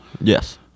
Yes